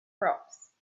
crops